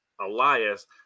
Elias